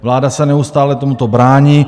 Vláda se neustále tomuto brání.